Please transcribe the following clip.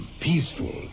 peaceful